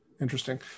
Interesting